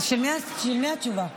אז של מי התשובה?